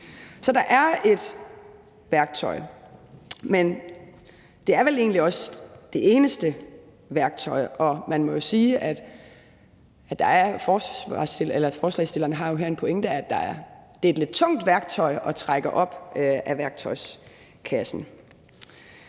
Så der er et værktøj, men det er vel egentlig også det eneste værktøj, og man må jo sige, at forslagsstillerne har en pointe her: at det er et lidt tungt værktøj at trække op af værktøjskassen.